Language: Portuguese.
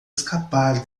escapar